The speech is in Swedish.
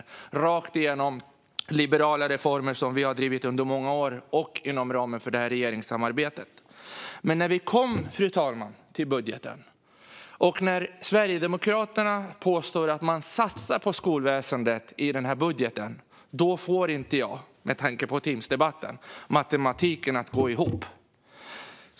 Detta är rakt igenom liberala reformer som vi har drivit under många år, även inom ramen för nuvarande regeringssamarbete. Men, fru talman, när Sverigedemokraterna påstår sig satsa på skolväsendet i den här budgeten får jag inte - med tanke på Timssdebatten - matematiken att gå ihop.